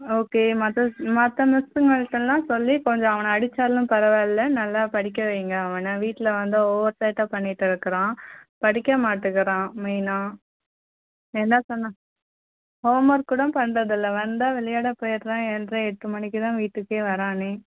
okay மற்ற மற்ற மிஸ்ஸுங்கள்ட்டெலாம் சொல்லி கொஞ்சம் அவனை அடிச்சாலும் பரவாயில்லை நல்லா படிக்க வைங்கள் அவனை வீட்டில் வந்தால் ஓவர் சேட்டை பண்ணிகிட்டு இருக்குகிறான் படிக்க மாட்டிக்கிறான் மெயினாக என்ன சொன்னால் ஹோம் ஒர்க் கூட பண்ணுறதில்ல வந்தால் விளையாட போயிடுறான் ஏழ்ரை எட்டு மணிக்குதான் வீட்டுக்கே வரானே